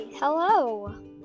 Hello